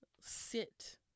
sit